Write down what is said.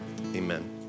amen